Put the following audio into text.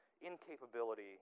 incapability